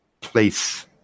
place